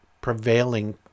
prevailing